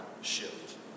shift